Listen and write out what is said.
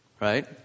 right